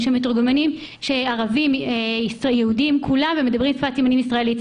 יש מתורגמנים ערבים ויהודים כולם מדברים שפת סימנים ישראלית.